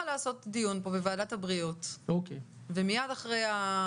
לעשות דיון פה בוועדת הבריאות ומיד אחרי,